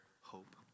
hope